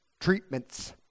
treatments